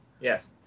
Yes